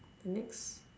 the next